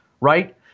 right